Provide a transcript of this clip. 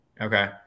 okay